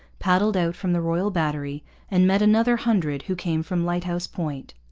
paddled out from the royal battery and met another hundred who came from lighthouse point.